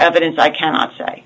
evidence i cannot say